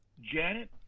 Janet